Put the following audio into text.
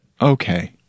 Okay